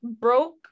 broke